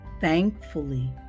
Thankfully